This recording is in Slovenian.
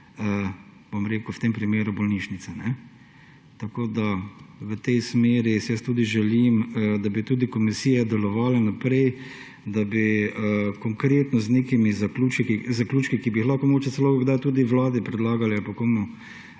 vodenju v tem primeru bolnišnice. V tej smeri si jaz tudi želim, da bi tudi komisija delovala naprej, da bi konkretno z nekimi zaključki, ki bi jih lahko mogoče celo kdaj tudi vladi predlagali,